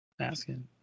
Asking